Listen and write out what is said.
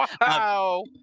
Wow